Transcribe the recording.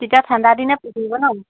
তেতিয়া ঠাণ্ডা দিনে পৰিব ন